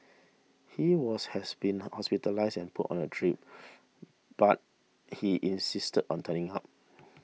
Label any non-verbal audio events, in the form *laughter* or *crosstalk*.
he was has been *unintelligible* hospitalised and put on a drip *noise* but he insisted on turning up